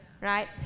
right